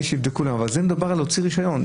פה מדובר על הוצאת רישיון.